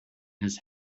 his